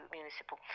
municipal